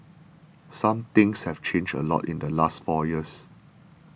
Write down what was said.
some things have changed a lot in the last four years